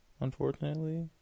unfortunately